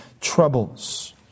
troubles